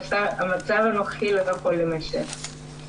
המצב הנוכחי לא יכול להמשך.